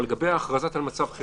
לגבי ההכרזה על מצב חירום,